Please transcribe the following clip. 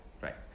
Right